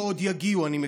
ועוד יגיעו, אני מקווה.